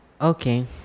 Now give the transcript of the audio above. Okay